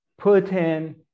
Putin